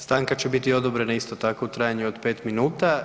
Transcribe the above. Stanka će biti odobrena isto tako u trajanju od 5 minuta.